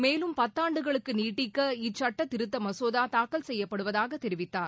மேலும் பத்தாண்டுகளுக்கு நீட்டிக்க இச்சட்டத் திருத்த மசோதா தாக்கல் செய்யப்படுவதாக தெரிவித்தார்